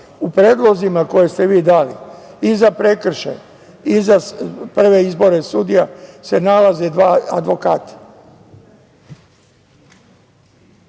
predlozima koje ste vi dali i za prekršajne i za prve izbore sudija se nalaze dva advokata.